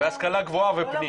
זה נושק.